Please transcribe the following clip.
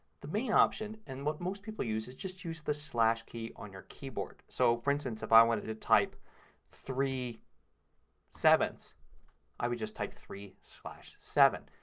the main option, and what most people use, is just use the slash key on your keyboard. so, for instance, if i wanted to type three sevenths i would just type three slash seven.